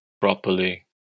properly